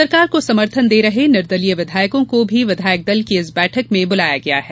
सरकार को समर्थन दे रहे निर्दलीय विधायकों को भी विधायकदल की इस बैठक में बुलाया गया है